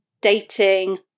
dating